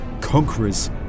conquerors